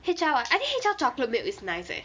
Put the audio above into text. H_L uh I think H_L chocolate milk is nice eh